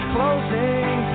Closing